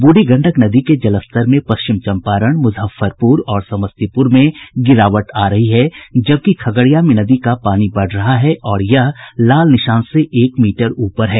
बूढ़ी गंडक नदी के जलस्तर में पश्चिम चम्पारण मुजफ्फरपुर और समस्तीपुर में गिरावट आ रही है जबकि खगड़िया में नदी का पानी बढ़ रहा है और यह लाल निशान से एक मीटर ऊपर है